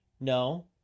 No